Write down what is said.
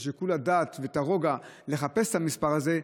את שיקול הדעת ואת הרוגע לחפש את המספר הזה,